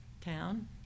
town